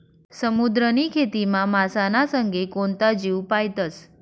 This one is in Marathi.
समुद्रनी खेतीमा मासाना संगे कोणता जीव पायतस?